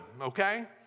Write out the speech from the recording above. okay